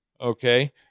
okay